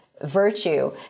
virtue